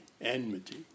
Enmity